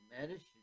medicine